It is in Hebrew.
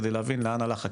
כדי להבין לאן הלך הכסף,